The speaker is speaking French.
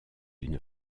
une